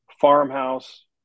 farmhouse